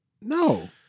No